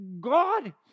God